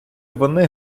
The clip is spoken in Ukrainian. вони